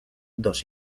dos